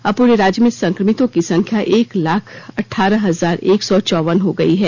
अब पूरे राज्य में संक्रमितों की संख्या एक लाख अट्ठारह हजार एक सौ चौवन हो गई है